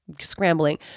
scrambling